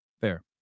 Fair